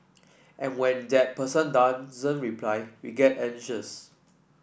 and when that person doesn't reply we get anxious